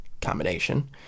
combination